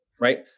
right